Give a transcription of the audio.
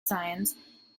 science